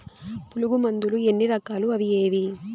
పులుగు మందులు ఎన్ని రకాలు అవి ఏవి?